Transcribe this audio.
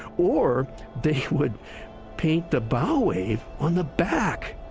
or they would paint the bow wave on the back!